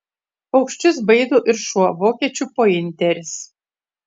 paukščius baido ir šuo vokiečių pointeris